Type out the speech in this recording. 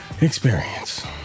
experience